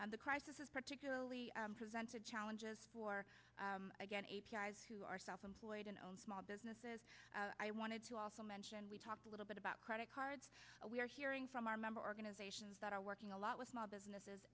and the crisis is particularly presented challenges for again a p r s who are self employed and small businesses i wanted to also mention we talked a little bit about credit cards we are hearing from our member organizations that are working a lot with small businesses